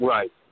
Right